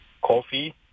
coffee